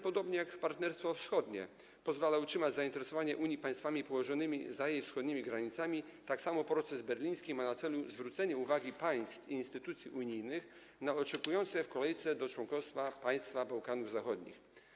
Partnerstwo Wschodnie pozwala utrzymać zainteresowanie Unii państwami położonymi za jej wschodnimi granicami, a proces berliński ma na celu zwrócenie uwagi państw i instytucji unijnych na oczekujące w kolejce do objęcia członkostwa państwa Bałkanów Zachodnich.